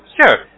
Sure